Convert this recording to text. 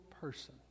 person